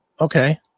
Okay